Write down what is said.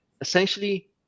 essentially